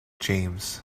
james